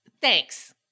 Thanks